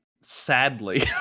sadly